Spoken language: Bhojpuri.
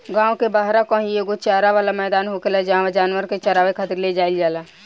गांव के बाहरा कही एगो चारा वाला मैदान होखेला जाहवा जानवर के चारावे खातिर ले जाईल जाला